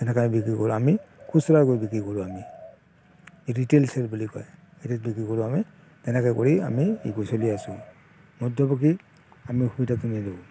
এনেকুৱাই বিক্ৰী কৰোঁ আমি খুচুৰাকৈ বিক্ৰী কৰোঁ আমি এইটো ৰিটেইল ছেল বুলি কয় এইটোত বিক্ৰী কৰোঁ আমি তেনেকৈ কৰি আমি এই কৰি চলি আছোঁ মধ্যভোগীক আমি সুবিধাটো নিদিওঁ